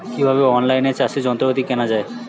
কিভাবে অন লাইনে চাষের যন্ত্রপাতি কেনা য়ায়?